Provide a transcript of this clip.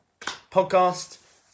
podcast